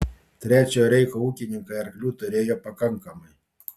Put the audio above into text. trečiojo reicho ūkininkai arklių turėjo pakankamai